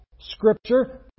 Scripture